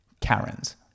Karen's